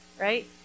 right